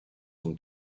from